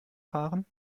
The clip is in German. fahren